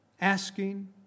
asking